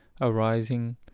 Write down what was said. arising